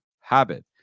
habit